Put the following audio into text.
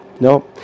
No